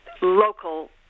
local